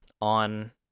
on